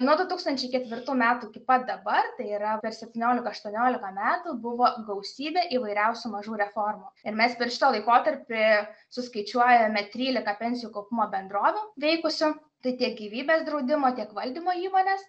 nuo du tūkstančiai ketvirtų metų iki pat dabar tai yra per septyniolika aštuoniolika metų buvo gausybė įvairiausių mažų reformų ir mes per šitą laikotarpį suskaičiuojame trylika pensijų kaupimo bendrovių veikusių tai tiek gyvybės draudimo tiek valdymo įmonės